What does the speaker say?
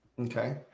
Okay